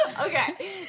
Okay